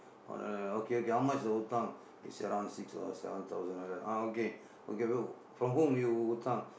ஒன்னும் இல்ல:onnum illa okay okay how much is the hutang she say around six or seven thousand like that ah okay okay from whom you hutang